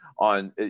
on